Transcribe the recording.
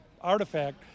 artifact